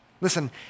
listen